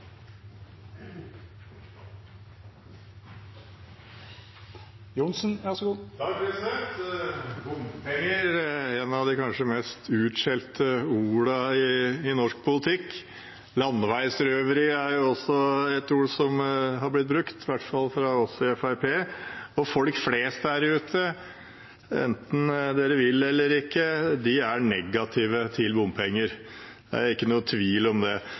av de mest utskjelte ordene i norsk politikk. «Landeveirøveri» er også et ord som har blitt brukt, i hvert fall fra oss i Fremskrittspartiet. Folk flest der ute, enten man vil eller ikke, er negative til bompenger, ingen tvil om det. Det er